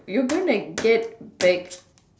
you're going to get back